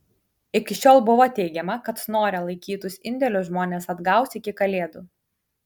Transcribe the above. iki šiol buvo teigiama kad snore laikytus indėlius žmonės atgaus iki kalėdų